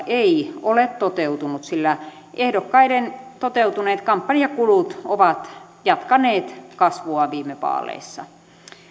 ei ole toteutunut sillä ehdokkaiden toteutuneet kampanjakulut ovat jatkaneet kasvuaan viime vaaleissa